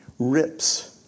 rips